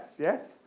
yes